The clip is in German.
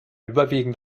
überwiegend